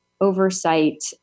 oversight